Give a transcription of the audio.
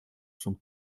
sont